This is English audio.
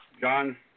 John